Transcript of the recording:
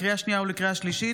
לקריאה שנייה ולקריאה שלישית: